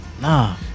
Nah